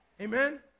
Amen